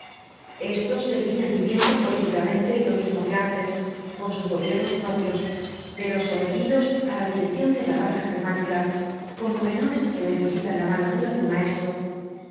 estos seguirían viviendo políticamente lo mismo que antes con sus gobiernos propios pero sometidos á la dirección de la raza germánica como menores que necesitan la mano dura de un maestro